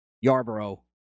Yarborough